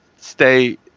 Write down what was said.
stay